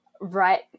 Right